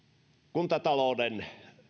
kuntatalouden